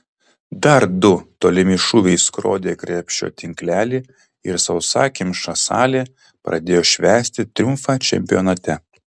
dar du tolimi šūviai skrodė krepšio tinklelį ir sausakimša salė pradėjo švęsti triumfą čempionate